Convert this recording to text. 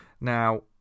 Now